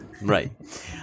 Right